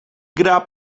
gra